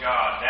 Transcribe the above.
God